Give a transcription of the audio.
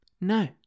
no